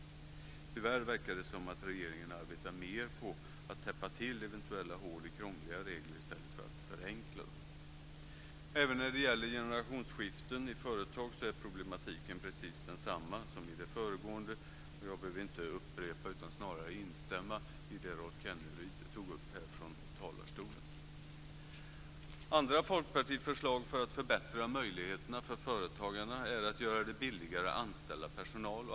Tyvärr verkar det som om regeringen arbetar på att täppa till eventuella hål i krångliga regler i stället för att förenkla dem. Även när det gäller generationsskiften i företag är problematiken precis densamma som berördes i föregående anförande, och jag behöver inte upprepa utan vill snarare instämma i det Rolf Kenneryd tog upp här i talarstolen. Andra folkpartiförslag för att förbättra möjligheterna för företagarna är att göra det billigare att anställa personal.